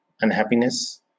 unhappiness